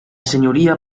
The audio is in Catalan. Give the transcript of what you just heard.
senyoria